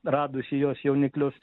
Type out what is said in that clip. radusį jos jauniklius